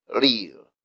Real